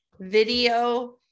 video